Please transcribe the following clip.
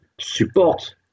support